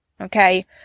Okay